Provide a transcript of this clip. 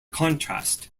contrast